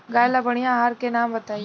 गाय ला बढ़िया आहार के नाम बताई?